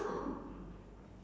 yes yes